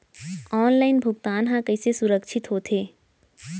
Online भुगतान हा कइसे सुरक्षित होथे?